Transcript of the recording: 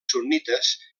sunnites